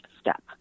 step